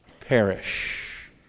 perish